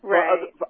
right